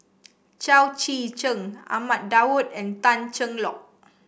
Chao Tzee Cheng Ahmad Daud and Tan Cheng Lock